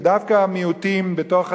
ודווקא המיעוטים בתוך הציבור,